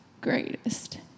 greatest